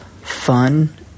fun